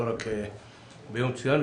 ולא רק ביום מסוים,